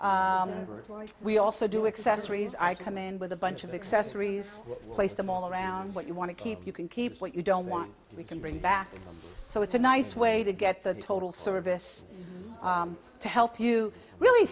we also do excess rees i come in with a bunch of accessories place them all around what you want to keep you can keep what you don't want we can bring back so it's a nice way to get the total service to help you really